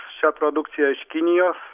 šią produkciją iš kinijos